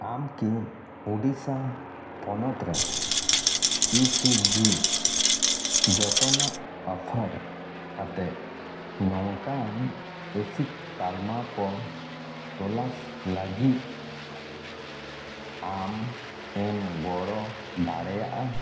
ᱟᱢ ᱠᱤ ᱩᱰᱤᱥᱟ ᱯᱚᱱᱚᱛ ᱨᱮ ᱤ ᱥᱤ ᱡᱤ ᱡᱚᱛᱚᱱᱟᱜ ᱚᱯᱷᱟᱨ ᱠᱟᱛᱮᱫ ᱱᱚᱝᱠᱟᱱ ᱮᱥᱤᱠ ᱛᱟᱞᱢᱟ ᱠᱚ ᱛᱚᱞᱟᱥ ᱞᱟᱹᱜᱤᱫ ᱟᱢᱮᱢ ᱜᱚᱲᱚ ᱫᱟᱲᱮᱭᱟᱜᱼᱟ